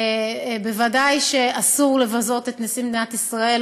ודאי שאסור לבזות את נשיא מדינת ישראל,